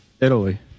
Italy